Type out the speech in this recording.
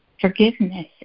forgiveness